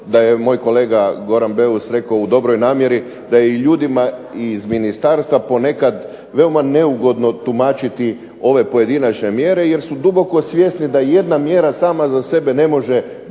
da je moj kolega Goran Beus rekao u dobroj namjeri da je i ljudima i iz ministarstva ponekad veoma neugodno tumačiti ove pojedinačne mjere jer su duboko svjesni da jedna mjera sama za sebe ne može bitno